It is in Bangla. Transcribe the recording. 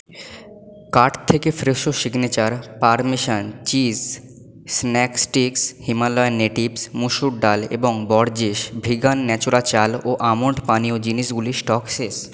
কার্ট থেকে Fresho signature parmesan cheese snack sticks Himalayan Natives মুসুর ডাল এবং বরজেস ভিগান ন্যাচুরা চাল ও আমন্ড পানীয় জিনিসগুলির স্টক শেষ